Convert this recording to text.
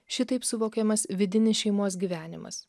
šitaip suvokiamas vidinis šeimos gyvenimas